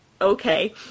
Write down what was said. okay